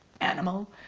animal